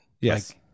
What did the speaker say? Yes